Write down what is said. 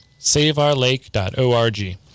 Saveourlake.org